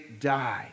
die